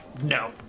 no